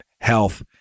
Health